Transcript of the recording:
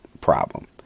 problem